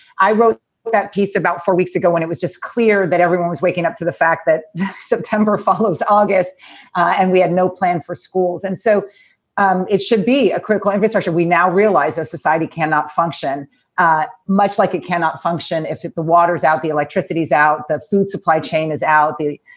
i wrote that piece about four weeks ago when it was just clear that everyone was waking up to the fact that september follows august and we had no plan for schools. and so um it should be a critical infrastructure. we now realize a society cannot function much like it cannot function. if the water is out, the electricity is out, the food supply chain is out. the